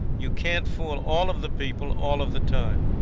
you can't fool all of the people all of the time.